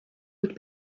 would